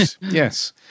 Yes